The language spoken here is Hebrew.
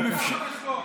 תנו לו לסיים את דבריו.